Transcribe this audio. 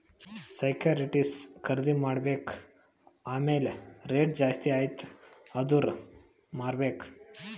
securities ಖರ್ದಿ ಮಾಡ್ಬೇಕ್ ಆಮ್ಯಾಲ್ ರೇಟ್ ಜಾಸ್ತಿ ಆಯ್ತ ಅಂದುರ್ ಮಾರ್ಬೆಕ್